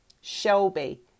Shelby